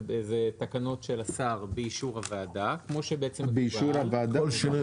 ובתקנות של השר באישור הוועדה --- באזור הוועדה,